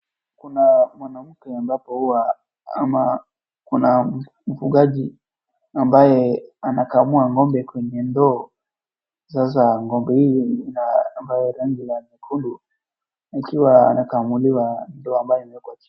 Kuna mwanamke ambapo huwa ana, kuna mfugaji ambaye anakamua ng'ombe kwenye ndoo. Sasa ng'ombe hii ina namba ya rangi ya nyekundu ikiwa inakamuliwa ndoo ambayo imewekwa chini.